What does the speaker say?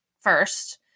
first